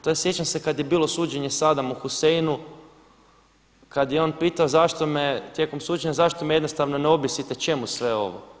To je sjećam se kada je bilo suđenje Sadamu Huseinu, kada je on pitao zašto me, tijekom suđenja zašto me jednostavno ne objesite, čemu sve ovo.